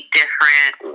different